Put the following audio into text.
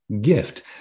gift